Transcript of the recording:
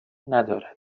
ندارد